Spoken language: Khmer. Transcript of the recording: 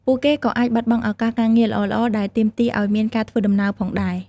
ពួកគេក៏អាចបាត់បង់ឱកាសការងារល្អៗដែលទាមទារឱ្យមានការធ្វើដំណើរផងដែរ។